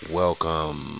welcome